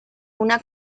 una